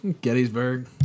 Gettysburg